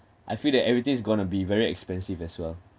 I feel that everything is going to be very expensive as well